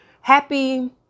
Happy